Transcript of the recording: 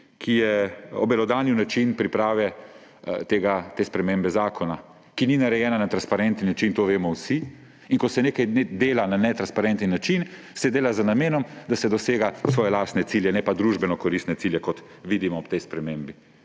ki je obelodanil način priprave te spremembe zakona, ki ni narejena na transparenten način, to vemo vsi. In ko se nekaj dela na netransparenten način, se dela z namenom, da se dosega svoje lastne cilje, ne pa družbenokoristne cilje, kot vidimo ob tej spremembi.